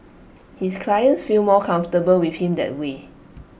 his clients feel more comfortable with him that way